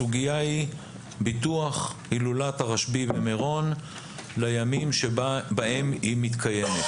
הסוגיה היא ביטוח הילולת הרשב"י במירון לימים שבהם היא מתקיימת.